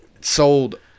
sold